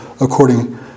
according